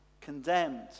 Condemned